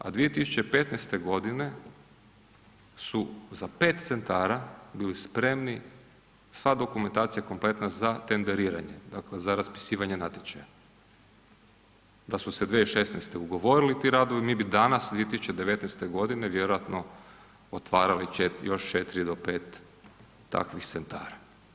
A 2015. godine su za pet centara bili spremni, sva dokumentacija kompletna za tenderiranje, dakle za raspisivanje natječaja, da su se 2016. ugovorili ti radovi mi bi danas 2019. godine vjerojatno otvarali još četiri do pet takvih centara.